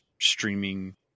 streaming